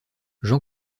jean